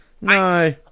no